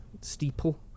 steeple